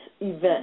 event